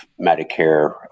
Medicare